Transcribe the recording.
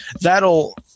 that'll